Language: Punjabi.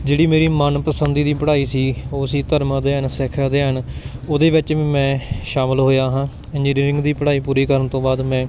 ਜਿਹੜੀ ਮੇਰੀ ਮਨਪਸੰਦੀ ਦੀ ਪੜ੍ਹਾਈ ਸੀ ਉਹ ਸੀ ਧਰਮ ਅਧਿਐਨ ਸਿੱਖ ਅਧਿਐਨ ਉਹਦੇ ਵਿੱਚ ਵੀ ਮੈਂ ਸ਼ਾਮਿਲ ਹੋਇਆ ਹਾਂ ਇੰਜੀਨੀਅਰਿੰਗ ਦੀ ਪੜ੍ਹਾਈ ਪੂਰੀ ਕਰਨ ਤੋਂ ਬਾਅਦ ਮੈਂ